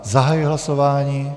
Zahajuji hlasování.